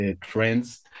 trends